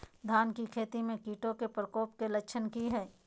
धान की खेती में कीटों के प्रकोप के लक्षण कि हैय?